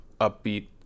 upbeat